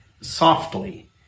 softly